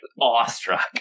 awestruck